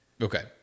Okay